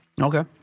Okay